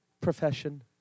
profession